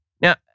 Now